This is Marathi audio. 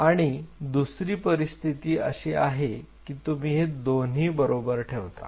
आणि दुसरी परिस्थिती अशी आहे की तुम्ही हे दोन्ही बरोबर ठेवता